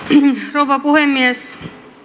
rouva puhemies